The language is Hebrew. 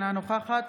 אינה נוכחת